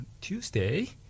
Tuesday